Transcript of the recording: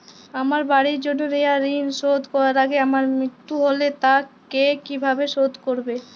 আমার বাড়ির জন্য নেওয়া ঋণ শোধ করার আগে আমার মৃত্যু হলে তা কে কিভাবে শোধ করবে?